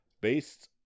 Based